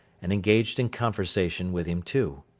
and engaged in conversation with him too.